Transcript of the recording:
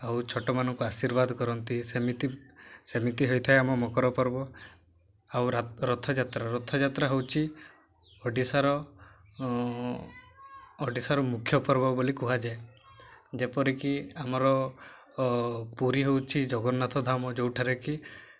ଆଉ ଛୋଟମାନଙ୍କୁ ଆଶୀର୍ବାଦ କରନ୍ତି ସେମିତି ସେମିତି ହୋଇଥାଏ ଆମ ମକର ପର୍ବ ଆଉ ରଥଯାତ୍ରା ରଥଯାତ୍ରା ହଉଛି ଓଡ଼ିଶାର ଓଡ଼ିଶାର ମୁଖ୍ୟ ପର୍ବ ବୋଲି କୁହାଯାଏ ଯେପରିକି ଆମର ପୁରୀ ହଉଛି ଜଗନ୍ନାଥ ଧାମ ଯେଉଁଠାରେ କି